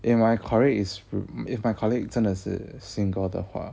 if my colleague is if my colleague 真的是 single 的话